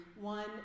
one